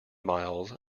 miles